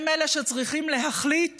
הם אלה שצריכים להחליט